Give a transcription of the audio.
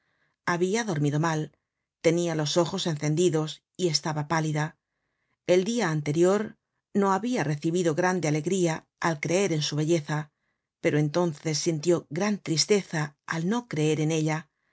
habia dormido mal tenia los ojos encendidos y estaba pálida el dia anterior no habia recibido grande alegría al creer en su belleza pero entonces sintió gran tristeza al no creer en ella